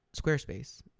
Squarespace